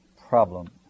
problem